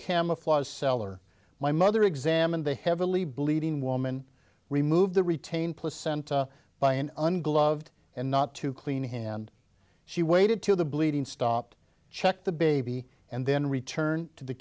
camouflaged cellar my mother examined the heavily bleeding woman remove the retain placenta by an ungloved and not to clean him and she waited till the bleeding stopped checked the baby and then returned to